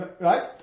right